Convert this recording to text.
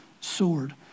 sword